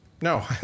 no